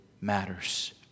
matters